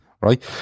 right